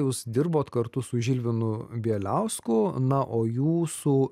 jūs dirbot kartu su žilvinu bieliausku na o jūsų